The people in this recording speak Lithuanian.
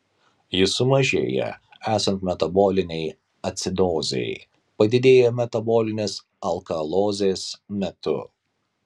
jis sumažėja esant metabolinei acidozei padidėja metabolinės alkalozės metu